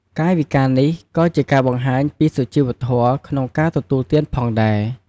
កាយវិការនេះក៏ជាការបង្ហាញពីសុជីវធម៌ក្នុងការទទួលទានផងដែរ។